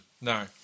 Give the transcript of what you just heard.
No